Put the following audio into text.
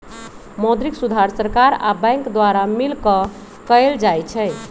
मौद्रिक सुधार सरकार आ बैंक द्वारा मिलकऽ कएल जाइ छइ